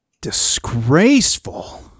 disgraceful